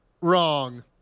wrong